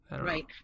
Right